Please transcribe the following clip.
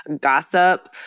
gossip